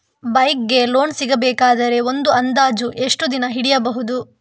Bike ಗೆ loan ಸಿಗಬೇಕಾದರೆ ಒಂದು ಅಂದಾಜು ಎಷ್ಟು ದಿನ ಹಿಡಿಯಬಹುದು?